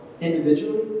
individually